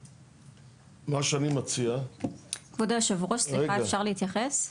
מה שאני מציע --- כבוד היושב ראש, אפשר להתייחס?